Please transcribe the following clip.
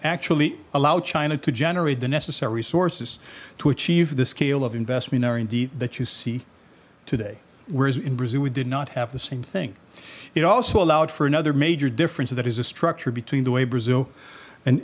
actually allow china to generate the necessary resources to achieve the scale of investment or indeed that you see today whereas in brazil we did not have the same thing it also allowed for another major difference that is a structure between the way brazil and